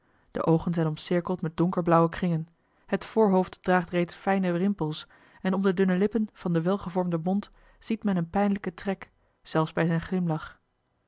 de oogen zijn omcirkeld met donkerblauwe kringen het voorhoofd draagt oussaint e elftsche fijne rimpels en om de dunne lippen van den welgevormden mond ziet men een pijnlijken trek zelfs bij zijn glimlach